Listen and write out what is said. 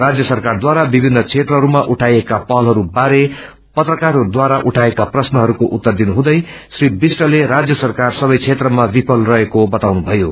राज्य सरकार ढारा विभिन्न क्षेत्रहरूमा उठाईएका पहलहरू बारे पत्रकारहरूढारा उझपएको प्रश्नहरूको उत्तर दिनुहुँदै श्री विष्टले राज्य सरकार सबै क्षेत्रमा विफल रहेको उझँले बताउनुष्यो